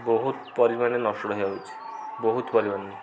ବହୁତ ପରିମାଣରେ ହେଇଯାଉଛି ବହୁତ ପରିମାଣରେ